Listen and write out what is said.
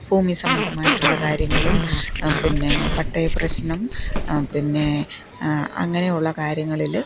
ഭൂമിസംബദ്ധമായിട്ടുള്ള കാര്യങ്ങളും പിന്നെ പട്ടയ പ്രശ്നം പിന്നെ അങ്ങനെയുള്ള കാര്യങ്ങളിൽ